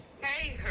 Hey